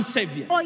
Savior